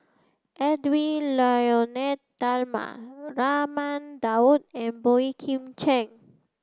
Edwy Lyonet Talma Raman Daud and Boey Kim Cheng